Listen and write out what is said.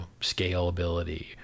scalability